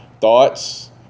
thoughts